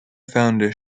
founder